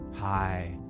hi